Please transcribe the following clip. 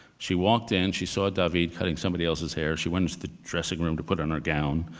she walked in, she saw daveed cutting somebody else's hair, she went into the dressing room to put on her gown,